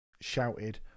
shouted